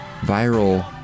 viral